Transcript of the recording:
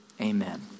Amen